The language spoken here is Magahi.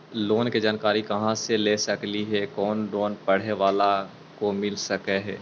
लोन की जानकारी कहा से ले सकली ही, कोन लोन पढ़े बाला को मिल सके ही?